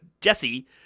Jesse